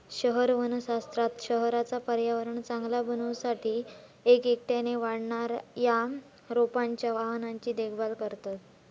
शहर वनशास्त्रात शहराचा पर्यावरण चांगला बनवू साठी एक एकट्याने वाढणा या रोपांच्या वाहनांची देखभाल करतत